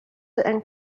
and